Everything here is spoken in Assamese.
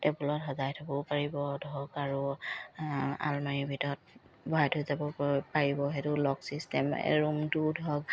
টেবুলত সজাই থ'ব পাৰিব ধৰক আৰু আলমাৰিৰ ভিতৰত ভৰাই থৈ যাবও পাৰিব সেইটো লক ছিষ্টেম ৰুমটো ধৰক